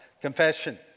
confession